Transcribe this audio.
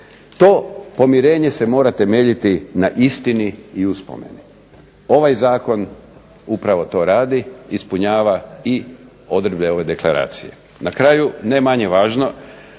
To pomirenje se mora temeljiti na istini i uspomeni. Ovaj zakon upravo to radi, ispunjava i odredbe ove deklaracije. Na kraju, ne manje važno,